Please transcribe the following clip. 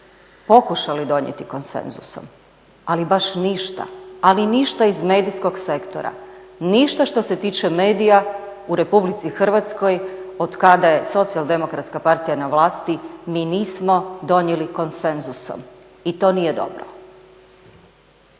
pokušali donijeti konsenzusom. Ali baš ništa, ali ništa iz medijskog sektora, ništa što se tiče medija u RH otkada je SDP na vlasti mi nismo donijeli konsenzusom i to nije dobro.